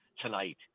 tonight